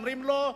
אומרים לו: